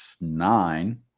nine